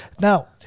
Now